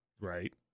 Right